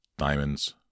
diamonds